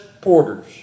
porters